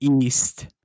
east